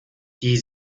die